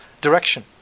direction